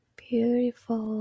beautiful